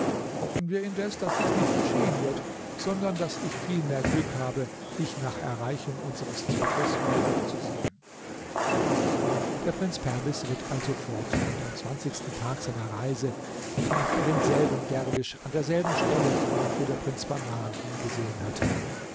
hoffen wir indes daß dies nicht geschehen wird sondern daß ich vielmehr glück habe dich nach erreichung unseres zweckes wieder zu sehen der prinz perwis ritt also fort und am zwanzigsten tag seiner reise traf er denselben derwisch an derselben stelle wo der prinz bahman ihn gesehen hatte